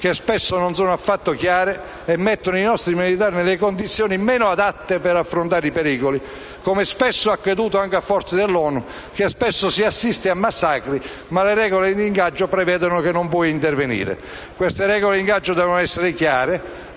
che spesso non sono affatto chiare e mettono i nostri militari nelle condizioni meno adatte per affrontare i pericoli, come spesso è accaduto anche a forze dell'ONU. Spesso si assiste infatti a massacri, ma le regole di ingaggio prevedono che non si possa intervenire. Le regole di ingaggio devono essere chiare,